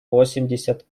восемьдесят